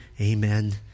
amen